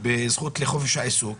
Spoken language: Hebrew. בזכות לחופש העיסוק.